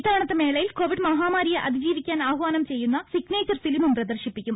ഇത്തവണത്തെ മേളയിൽ കൊവിഡ് മഹാമാരിയെ അതിജീവിക്കാൻ ആഹ്വാനം ചെയ്യുന്ന സിഗ്നേച്ചർ ഫിലിമും പ്രദർശിപ്പിക്കും